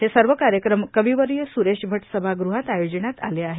हे सर्व कार्यक्रम कविवर्य स्रेश भट्ट सभागृहात आयोजिण्यात आले आहे